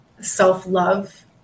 Self-love